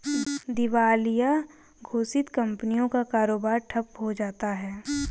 दिवालिया घोषित कंपनियों का कारोबार ठप्प हो जाता है